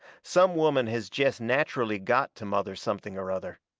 some women has jest natcherally got to mother something or other.